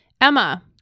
Emma